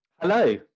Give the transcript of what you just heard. Hello